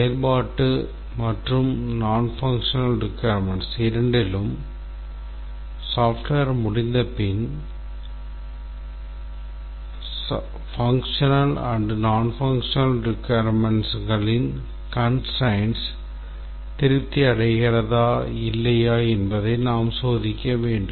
செயல்பாட்டு மற்றும் nonfunctional requirements இரண்டிலும் software முடிந்தபின் செயல்பாட்டு மற்றும் nonfunctional requirementsகளின் constraints திருப்தி அடைகிறதா இல்லையா என்பதை நாம் சோதிக்க வேண்டும்